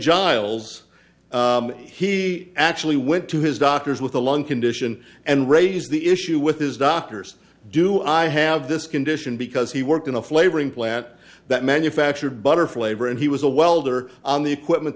giles he actually went to his doctors with a lung condition and raised the issue with his doctors do i have this condition because he worked in a flavoring plant that manufactured butter flavor and he was a welder on the equipment